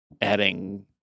adding